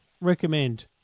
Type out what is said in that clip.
recommend